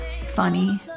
funny